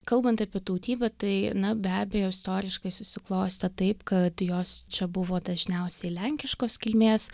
kalbant apie tautybę tai na be abejo istoriškai susiklostė taip kad jos čia buvo dažniausiai lenkiškos kilmės